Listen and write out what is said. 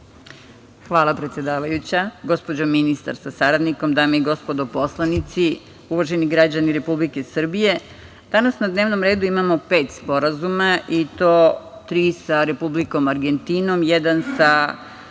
Hvala predsedavajuća. Gospođo ministar sa saradnikom, dame i gospodo narodni poslanici, uvaženi građani Republike Srbije, danas na dnevnom redu imamo pet sporazuma i to tri sa Republikom Argentinom, jedan sa